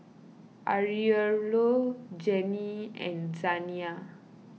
Aurelio Jennie and Zaniyah